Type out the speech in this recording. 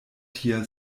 tia